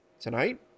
tonight